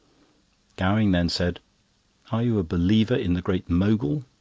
gowing then said are you a believer in the great mogul?